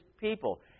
people